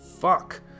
Fuck